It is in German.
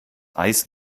eis